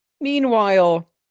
meanwhile